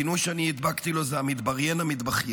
הכינוי שאני הדבקתי לו זה המתבריין המתבכיין,